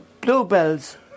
Bluebells